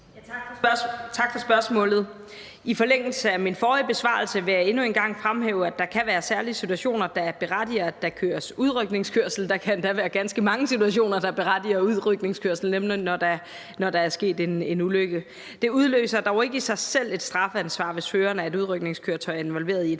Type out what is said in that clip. Tak for spørgsmålet. I forlængelse af min forrige besvarelse vil jeg endnu en gang fremhæve, at der kan være særlige situationer, der berettiger, at der køres udrykningskørsel. Der kan endda være ganske mange situationer, der berettiger udrykningskørsel, nemlig når der er sket en ulykke. Det udløser dog ikke i sig selv et strafansvar, hvis føreren af et udrykningskøretøj er involveret i et